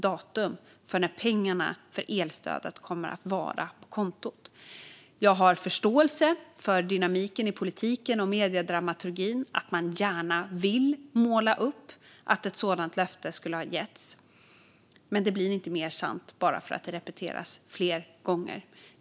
Det står också klart och tydligt på mitt eget partis hemsida. Jag har förståelse för dynamiken i politiken och mediedramaturgin; man vill gärna måla upp att ett sådant löfte skulle ha getts. Men det blir inte mer sant bara för att det repeteras fler gånger.